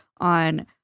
on